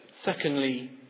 secondly